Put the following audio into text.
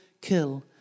kill